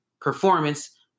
performance